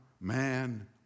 man